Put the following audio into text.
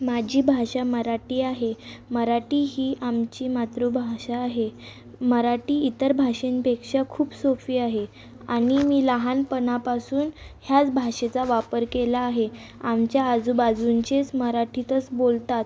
माझी भाषा मराठी आहे मराठी ही आमची मातृभाषा आहे मराठी इतर भाषेंपेक्षा खूप सोपी आहे आणि मी लहानपनापासून ह्याच भाषेचा वापर केला आहे आमच्या आजूबाजूचेच मराठीतच बोलतात